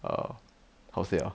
err how to say ah